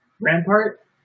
Rampart